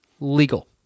legal